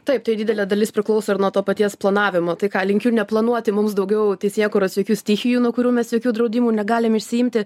taip tai didelė dalis priklauso ir nuo to paties planavimo tai ką linkiu neplanuoti mums daugiau teisėkūros jokių stichijų nuo kurių mes jokių draudimų negalim išsiimti